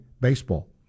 baseball